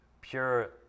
Pure